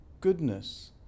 goodness